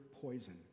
poison